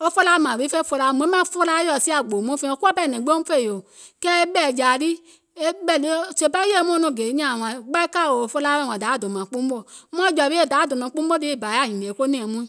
wo felaa mȧȧŋ huii fè felaa, mùŋ ɓèmȧŋ felaaȧ yɔ̀ɔ siȧ gboo muìŋ feìŋ wo kuwȧ ɓɛɛ nɛ̀ŋ gbiŋ woum fè yò, kɛɛ e ɓɛ̀ɛ̀jȧa lii, sèè pɛɛ yèye mɔɔ̀ŋ nɔŋ gè nyȧȧŋ wȧȧŋ ɓaikȧò felaa wɛɛ̀ wȧȧŋ dayȧ dònȧùm kpuumò, muȧŋ dayȧ dònȧùm kpuumò lii bȧ yaȧ hìnìè nɛ̀ɛ̀ŋ muìŋ,